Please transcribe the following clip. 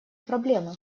проблемы